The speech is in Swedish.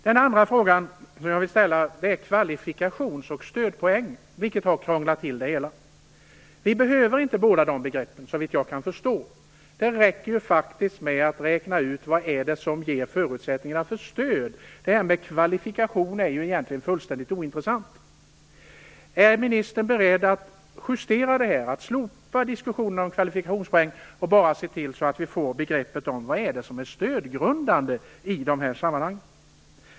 Sedan gäller det kvalifikations och stödpoängen, något som har krånglat till det hela. Såvitt jag förstår behöver vi inte båda de begreppen. Det räcker faktiskt att räkna ut vad det är som ger förutsättningarna stöd. Det här med kvalifikation är egentligen fullständigt ointressant. Min andra fråga: Är ministern beredd att göra en justering här och slopa diskussionen om kvalifikationspoäng och bara se till att vi får ett begrepp om vad som är stödgrundande i dessa sammanhang?